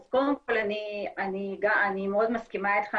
אז קודם כל אני מאוד מסכימה איתך,